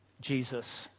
Jesus